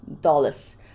dollars